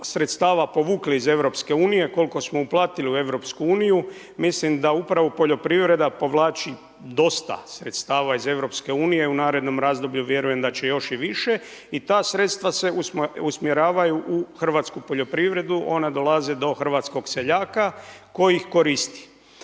sredstava povukli iz Europske unije, a koliko smo uplatili u Europsku uniju. Mislim da upravo poljoprivrede povlači dosta sredstava iz Europske unije, u narednom razdoblju vjerujem da će još i više. I ta sredstva se usmjeravaju u hrvatsku poljoprivredu, one dolaze do hrvatskog seljaka koji ih koristi.